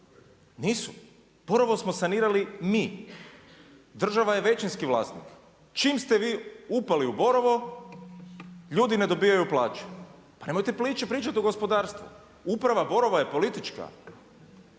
nisu. Prvo smo sanirali mi, država je većinski vlasnik. Čim ste vi upali u Borovo ljudi ne dobivaju plaće. Pa nemojte priče pričati o gospodarstvu. Uprava Borova je politička,